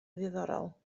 ddiddorol